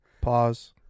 Pause